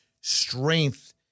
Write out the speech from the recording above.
strength